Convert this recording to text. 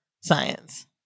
science